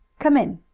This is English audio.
come in,